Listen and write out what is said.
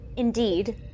Indeed